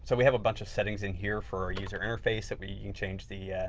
so we have a bunch of settings in here for our user interface that we can change the